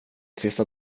sista